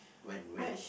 when when